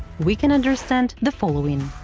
we can understand the following.